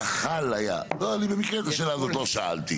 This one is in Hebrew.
יכול היה, לא, אני במקרה, את השאלה הזאת לא שאלתי.